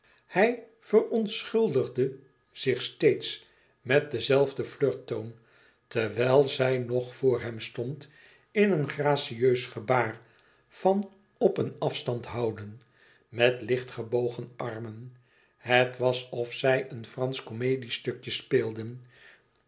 hij verontschuldigde zich steeds met den zelfden flirttoon terwijl zij nog voor hem stond in een gracieus gebaar van op een afstand houden met licht gebogen armen het was of zij een fransch komediestukje speelden